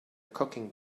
cooking